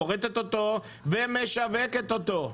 מורטת אותו ומשווקת אותו.